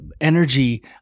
energy